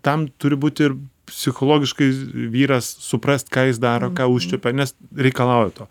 tam turi būti ir psichologiškai vyras suprast ką jis daro ką užčiuopia nes reikalauja to